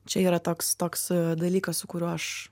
čia yra toks toks dalykas su kuriuo aš